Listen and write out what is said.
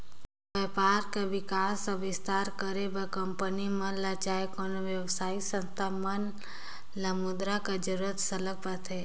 बयपार कर बिकास अउ बिस्तार करे बर कंपनी मन ल चहे कोनो बेवसायिक संस्था मन ल मुद्रा कर जरूरत सरलग परथे